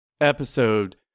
episode